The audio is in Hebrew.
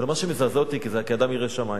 אבל מה שמזעזע אותי כאדם ירא שמים: